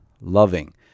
loving